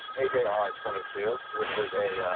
a day are twenty-two which was a ah.